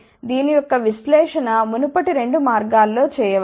దీని యొక్క విశ్లేషణ మునుపటి 2 మార్గాల్లో చేయ వచ్చు